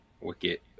Wicket